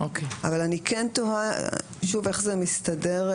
אני כן תוהה איך זה מסתדר,